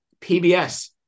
pbs